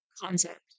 concept